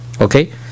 Okay